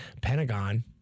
Pentagon